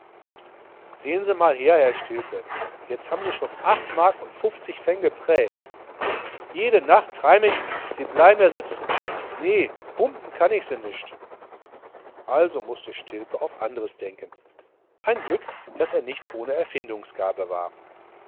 sehn se mal her herr stilpe jetzt ha'm se schon acht mark und fuffz'g fenge prae jede nacht treim ich se blei'm m'r sitz'n nee pumpen kann ich se nischt also mußte stilpe auf anderes denken ein glück daß er nicht ohne erfindungsgabe war